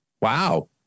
Wow